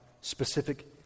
specific